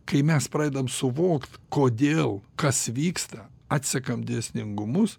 kai mes pradedam suvokt kodėl kas vyksta atsekam dėsningumus